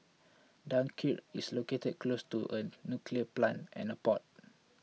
Dunkirk is located close to a nuclear plant and a port